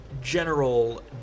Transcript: general